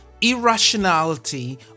Irrationality